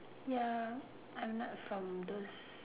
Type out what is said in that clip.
ya I'm not from those